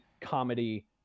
comedy